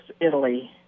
Italy